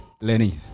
Lenny